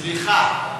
סליחה.